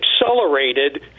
accelerated